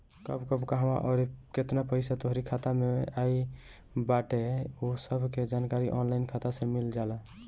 कब कब कहवा अउरी केतना पईसा तोहरी खाता में आई बाटे उ सब के जानकारी ऑनलाइन खाता से मिल जाला